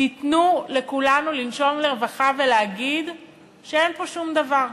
תיתנו לכולם לנשום לרווחה ולהגיד שאין פה שום דבר,